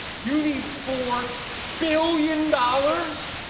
you need four billion dollars?